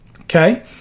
okay